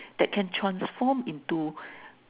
that can transform into